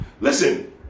listen